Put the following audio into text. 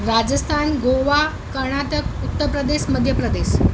Rajasthan Goa Karnataka Uttar Pradesh Madhya Pradesh